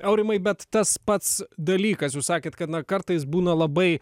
aurimai bet tas pats dalykas jūs sakėt kad na kartais būna labai